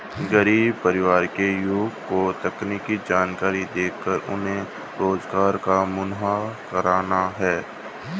गरीब परिवार के युवा को तकनीकी जानकरी देकर उन्हें रोजगार मुहैया कराना है